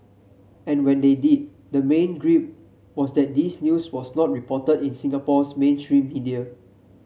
and when they did the main gripe was that this news was not reported in Singapore's mainstream media